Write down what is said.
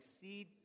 seed